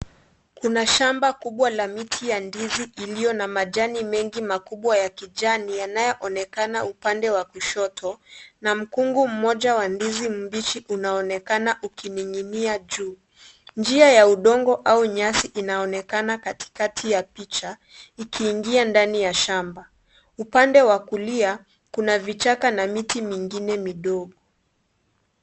Kuna shamba kubwa la miti ya ndizi iliyo na majani mengi makubwa ya kijani yanayoonekana upande wa kushoto, na mkungu mmoja wa ndizi mbichi unaonekana ukining'inia juu. Njia ya udongo au nyasi inaonekana katikati ya picha ikiingia ndani ya shamba. Upande wa kulia kuna vichaka na miti mingine midogo.